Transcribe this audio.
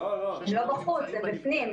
הם לא בחוץ, הם בפנים.